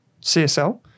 CSL